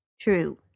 True